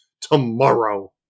tomorrow